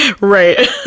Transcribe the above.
right